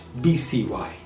BCY